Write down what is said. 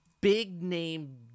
big-name